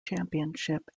championship